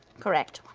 correct.